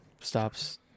stops